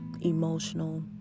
emotional